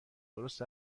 درست